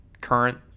current